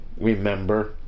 remember